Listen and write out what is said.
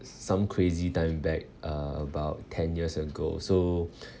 some crazy time back uh about ten years ago so